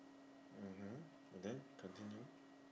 mmhmm and then continue